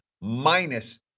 minus